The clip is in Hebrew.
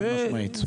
חד משמעית.